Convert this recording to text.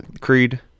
Creed